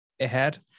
ahead